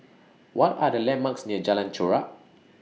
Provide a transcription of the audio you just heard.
What Are The landmarks near Jalan Chorak